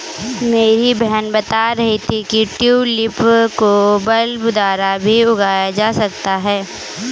मेरी बहन बता रही थी कि ट्यूलिप को बल्ब द्वारा भी उगाया जा सकता है